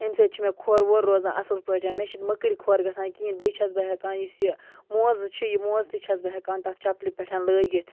اَمہِ سۭتۍ چھُ مےٚ کھۄر وورٕ روزان اَصٕل پٲٹھۍ مےٚ چھِنہٕ مٔکٕرۍ کھۄر گژھان کِہیٖنۍ بیٚیہِ چھَس بہٕ ہٮ۪کان یُس یہِ موزٕ چھُ یہِ موز تہِ چھَس بہٕ ہٮ۪کان تَتھ چَپلہِ پٮ۪ٹھ لٲگِتھ